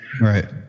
Right